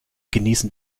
genießen